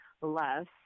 less